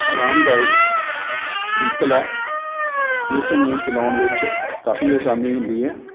ਆਰਾਮਦਾਇਕ ਵਹੀਕਲ ਹੈ ਜਿਸ ਨੂੰ ਚਲਾਉਣ ਵਿੱਚ ਕਾਫ਼ੀ ਆਸਾਨੀ ਹੁੰਦੀ ਹੈ